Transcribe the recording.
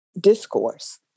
Discourse